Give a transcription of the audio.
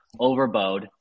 overbowed